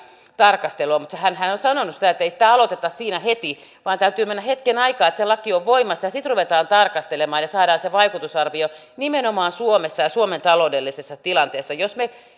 tarkastelua mutta hän on sanonut sitä että ei sitä aloiteta siinä heti vaan että täytyy mennä hetken aikaa että se laki on voimassa ja sitten ruvetaan tarkastelemaan ja saadaan sen vaikutusarvio nimenomaan suomessa ja suomen taloudellisessa tilanteessa